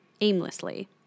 aimlessly